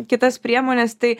kitas priemones tai